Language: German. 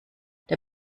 der